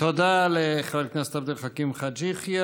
תודה לחבר הכנסת עבד אל חכים חאג' יחיא.